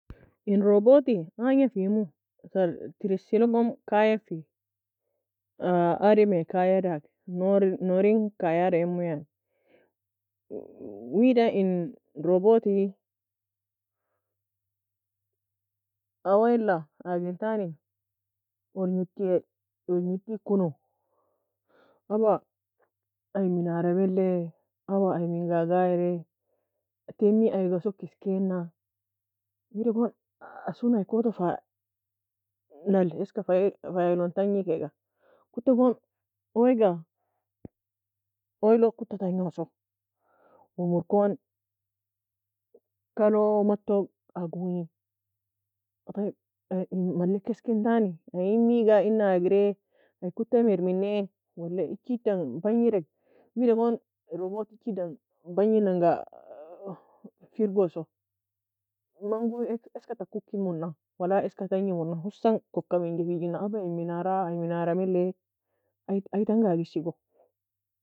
En robot ange femo terise log kaya fe adem a kaya dag nourin kayad emu yani. Wida en robot owa la agie entani onwichi kono aba ayi minar meli aye menga ag aery tem me ayga soka eskana wida gon huson ayie koto fa ayielon tange kega kota gon awie ga awie log kota tangu so gumor kon kalo muto agongue طيب aye en mslika eski entani aye emiga ena agraie aye kuta mir minaie walla echi dan bangirae? Wida gon robot echi dan bange nan ga firgo so mango eska taka oker mona wala eska tange mona hosan koka mengiena aba en minara aye minar maily eyie tanga ag esigu